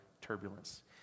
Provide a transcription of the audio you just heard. turbulence